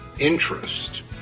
interest